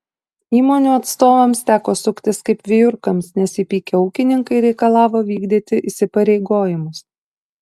įmonių atstovams teko suktis kaip vijurkams nes įpykę ūkininkai reikalavo vykdyti įsipareigojimus